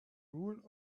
rule